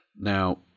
Now